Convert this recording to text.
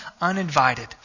uninvited